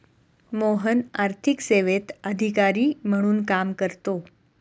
मोहन आर्थिक सेवेत अधिकारी म्हणून काम करतो